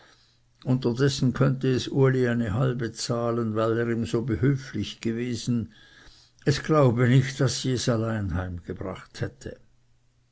unterdessen könnte es uli eine halbe zahlen weil er ihm so behülflich gewesen es glaube nicht daß es sie allein heimgebracht hätte